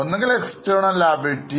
ഒന്നാമത്തേത് അസറ്റ്